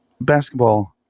basketball